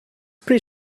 pretty